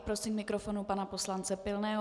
Prosím k mikrofonu pana poslance Pilného.